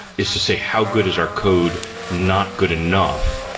is to say how good is our code not good enough?